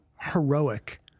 heroic